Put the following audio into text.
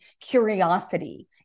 curiosity